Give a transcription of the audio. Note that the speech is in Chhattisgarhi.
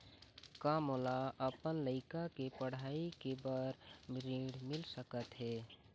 का मोला अपन लइका के पढ़ई के बर ऋण मिल सकत हे?